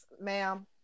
Ma'am